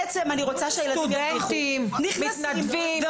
סטודנטים, מתנדבים, שירות לאומי.